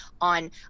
on